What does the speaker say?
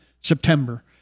September